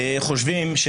יושבים.